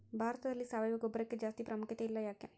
ಭಾರತದಲ್ಲಿ ಸಾವಯವ ಗೊಬ್ಬರಕ್ಕೆ ಜಾಸ್ತಿ ಪ್ರಾಮುಖ್ಯತೆ ಇಲ್ಲ ಯಾಕೆ?